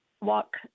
walk